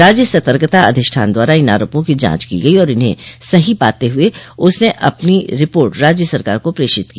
राज्य सतर्कता अधिष्ठान द्वारा इन आरोपों की जांच की गई और इन्हें सही पाते हुए उसने अपनी रिपोर्ट राज्य सरकार को प्रेषित की